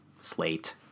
Slate